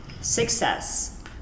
Success